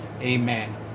Amen